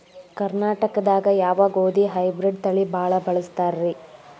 ಕರ್ನಾಟಕದಾಗ ಯಾವ ಗೋಧಿ ಹೈಬ್ರಿಡ್ ತಳಿ ಭಾಳ ಬಳಸ್ತಾರ ರೇ?